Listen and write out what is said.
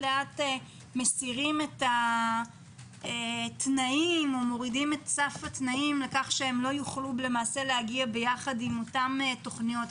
לאט מסירים את התנאים לכך שלא יוכלו להגיע ביחד עם אותן תוכניות.